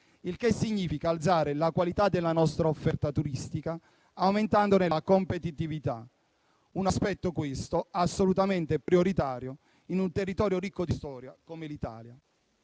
il che significa alzare la qualità della nostra offerta turistica, aumentandone la competitività, un aspetto questo assolutamente prioritario in un territorio ricco di storia come l'Italia.